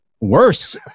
worse